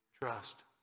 Trust